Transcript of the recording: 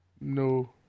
No